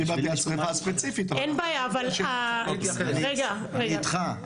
לא דיברתי על השריפה הספציפית אבל --- אני איתך.